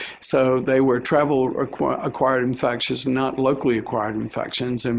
so they were traveled or acquired acquired infectious not locally acquired infections. and